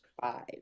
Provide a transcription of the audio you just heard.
Five